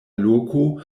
loko